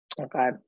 okay